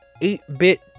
eight-bit